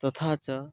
तथा च